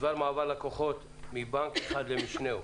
התש"ף-2020, בדבר מעבר לקוחות מבנק אחד למשנהו.